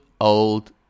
old